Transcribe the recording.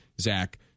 Zach